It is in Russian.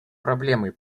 проблемой